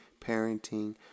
parenting